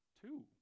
Two